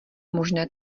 možné